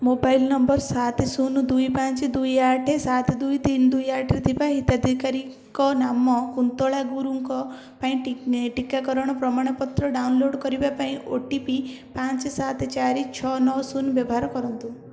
mobile number ସାତ ଶୂନ ଦୁଇ ପାଞ୍ଚ ଦୁଇ ଆଠ ସାତ ଦୁଇ ତିନି ଦୁଇ ଆଠ ଥିବା ହିତାଧିକାରୀ ନାମ କୁନ୍ତଳା ଗୁରୁଙ୍କ ପାଇଁ ଟିକାକରଣର ପ୍ରମାଣପତ୍ର ଡାଉନଲୋଡ଼୍ କରିବାକୁ ଓ ଟି ପି ପାଞ୍ଚ ସାତ ଚାରି ଛଅ ନଅ ଶୂନ ବ୍ୟବହାର କରନ୍ତୁ